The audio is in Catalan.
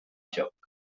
joc